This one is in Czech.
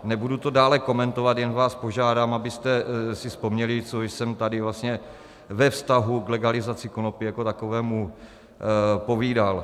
Nebudu to dále komentovat, jen vás požádám, abyste si vzpomněli, co jsem tady vlastně ve vztahu k legalizaci konopí jako takovému povídal.